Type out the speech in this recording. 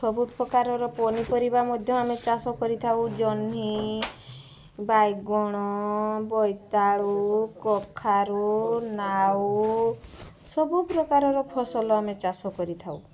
ସବୁପ୍ରକାରର ପନିପରିବା ମଧ୍ୟ ଆମେ ଚାଷ କରିଥାଉ ଜହ୍ନି ବାଇଗଣ ବୋଇତାଳୁ କଖାରୁ ଲାଉ ସବୁପ୍ରକାର ଫସଲ ଆମେ ଚାଷ କରିଥାଉ